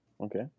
Okay